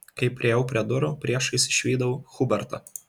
kai priėjau prie durų priešais išvydau hubertą